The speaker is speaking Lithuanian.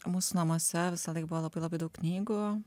mūsų namuose visąlaik buvo labai labai daug knygų